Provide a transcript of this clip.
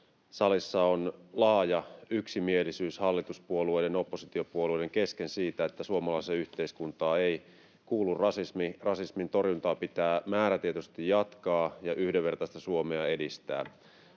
salissa on laaja yksimielisyys hallituspuolueiden ja oppositiopuolueiden kesken siitä, että suomalaiseen yhteiskuntaan ei kuulu rasismi. Rasismin torjuntaa pitää määrätietoisesti jatkaa ja yhdenvertaista Suomea edistää.